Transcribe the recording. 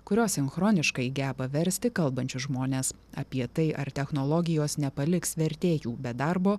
kurios sinchroniškai geba versti kalbančius žmones apie tai ar technologijos nepaliks vertėjų be darbo